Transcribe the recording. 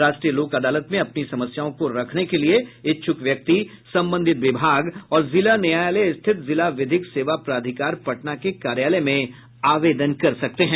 राष्ट्रीय लोक अदालत में अपनी समस्याओं को रखने के लिए इच्छुक व्यक्ति संबंधित विभाग और जिला न्यायालय स्थित जिला विधिक सेवा प्राधिकार पटना के कार्यालय में आवेदन कर सकते हैं